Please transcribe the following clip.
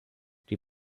die